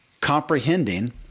Comprehending